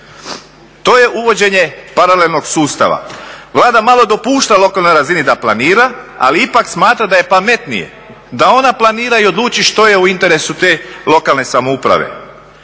To je uvođenje paralelnog sustava. Vlada malo dopušta lokalnoj razini da planira, ali ipak smatra da je pametnije da ona planira i odluči što je u interesu te lokalne samouprave.